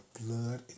blood